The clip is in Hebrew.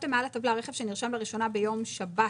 כתבתם מעל הטבלה "רכב שנרשם לראשונה ביום שבת,